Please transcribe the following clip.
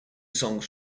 songs